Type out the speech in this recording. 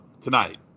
Tonight